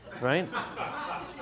Right